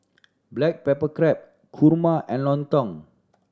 black pepper crab kurma and lontong